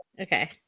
Okay